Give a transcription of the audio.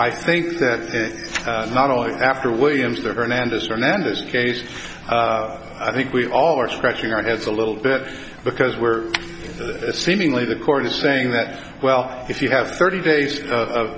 i think that not only after williams the hernandez or nando's case i think we all are scratching our heads a little bit because we're seemingly the court is saying that well if you have thirty days of